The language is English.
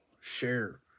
share